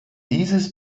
dieses